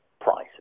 prices